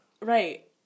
Right